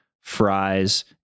fries